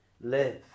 live